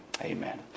amen